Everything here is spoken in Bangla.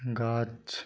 গাছ